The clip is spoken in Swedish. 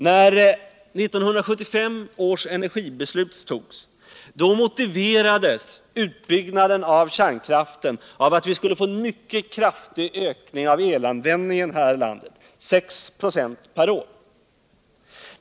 När 1975 års energibeslut fattades motiverades en utbyggnad av kärnkraften med att vi skulle få en mycket kraftig ökning av elanvändningen här i landet, 6 ?å per år.